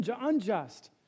unjust